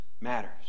matters